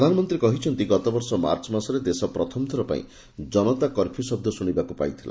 ପ୍ରଧାନମନ୍ତୀ କହିଛନ୍ତି ଗତବର୍ଷ ମାର୍ଚ ମାସରେ ଦେଶ ପ୍ରଥମ ଥରପାଇଁ ଜନତା କର୍ଫୁ୍ୟ ଶଦ ଶୁଶିବାକୁ ପାଇଥିଲା